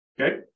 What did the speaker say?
Okay